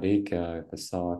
reikia tiesiog